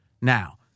Now